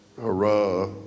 hurrah